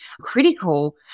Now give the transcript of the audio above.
critical